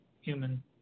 human